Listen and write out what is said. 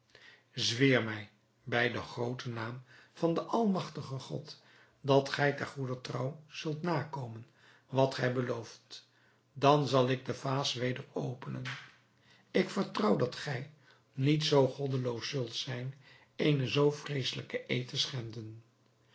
zweer mij bij den grooten naam van den almagtigen god dat gij ter goeder trouw zult nakomen wat gij belooft dan zal ik de vaas weder openen ik vertrouw dat gij niet zoo goddeloos zult zijn eenen zoo vreeselijken eed te schenden